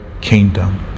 kingdom